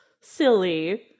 silly